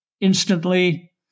instantly